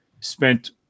spent